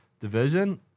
division